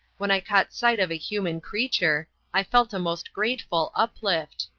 when i caught sight of a human creature, i felt a most grateful uplift.